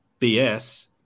BS